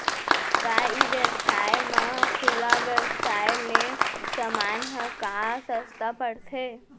का ई व्यवसाय म खुला व्यवसाय ले समान ह का सस्ता पढ़थे?